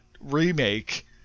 remake